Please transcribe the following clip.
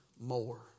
more